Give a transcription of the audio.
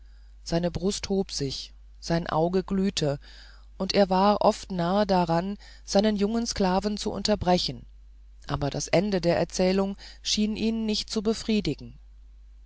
seine brust hob sich sein auge glühte und er war oft nahe daran seinen jungen sklaven zu unterbrechen aber das ende der erzählung schien ihn nicht zu befriedigen